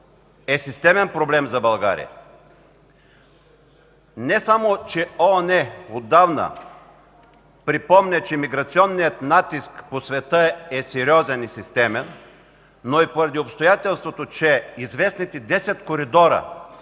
е системен проблем за България. Не само че ООН отдавна припомня, че миграционният натиск по света е сериозен и системен, но и поради обстоятелството, че известните 10 коридора